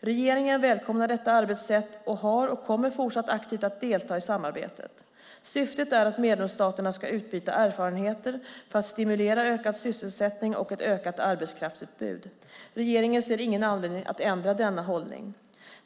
Regeringen välkomnar detta arbetssätt och har deltagit och kommer fortsatt aktivt att delta i samarbetet. Syftet är att medlemsstaterna ska utbyta erfarenheter för att stimulera ökad sysselsättning och ett ökat arbetskraftsutbud. Regeringen ser ingen anledning att ändra denna hållning.